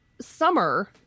summer